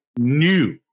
new